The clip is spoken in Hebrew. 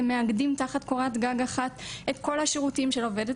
הם מאגדים תחת קורת גג אחת את כל השירותים של עובדת